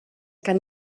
kann